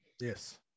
Yes